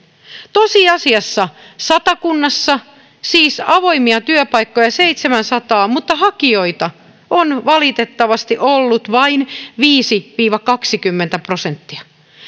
tosiasiassa satakunnassa on siis ollut avoimia työpaikkoja seitsemänsataa mutta hakijoita on valitettavasti ollut vain viisi viiva kaksikymmentä prosenttia